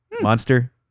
monster